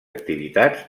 activitats